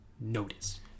notice